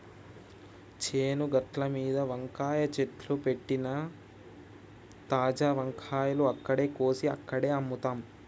చేను గట్లమీద వంకాయ చెట్లు పెట్టినమ్, తాజా వంకాయలు అక్కడే కోసి అక్కడే అమ్ముతాం